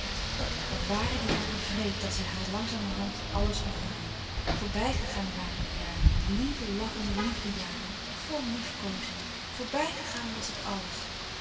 wat waren de jaren wreed dat zij haar langzamerhand alles ontnamen voorbij gegaan waren de jaren de lieve lachende liefdejaren vl liefkoozing voorbij gegaan was het àlles